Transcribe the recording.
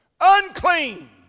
unclean